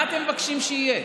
מה אתם מבקשים שיהיה?